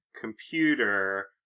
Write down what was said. computer